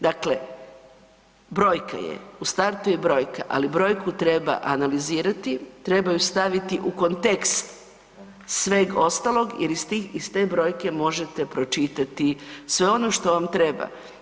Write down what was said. Dakle, brojka je, u startu je brojka, ali brojku treba analizirati, treba ju staviti u kontekst sveg ostalog jer iz stih brojke možete pročitati sve ono što vam treba.